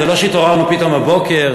זה לא שהתעוררנו פתאום בבוקר,